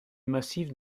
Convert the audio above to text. massif